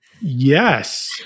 yes